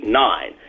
nine